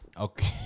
okay